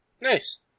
Nice